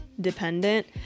dependent